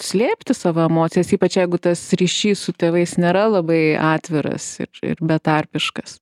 slėpti savo emocijas ypač jeigu tas ryšys su tėvais nėra labai atviras ir ir betarpiškas